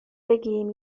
بگیم